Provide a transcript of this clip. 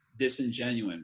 disingenuine